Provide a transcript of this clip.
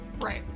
Right